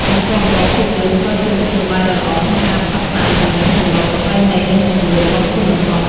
បន្ទាប់មក ភាពយន្តក៏ជាមធ្យោបាយដ៏ល្អក្នុងការផ្សព្វផ្សាយ ទំនៀមទម្លាប់ ប្រពៃណី និងជំនឿ របស់ជនបទ។